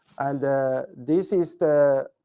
and ah this is the